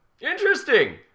Interesting